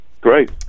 Great